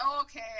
Okay